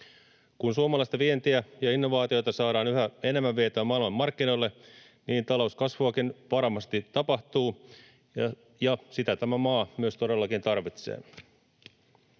Kun suomalaista vientiä ja innovaatioita saadaan yhä enemmän vietyä maailmanmarkkinoille, talouskasvuakin varmasti tapahtuu, ja sitä tämä maa myös todellakin tarvitsee.